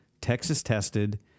Texas-tested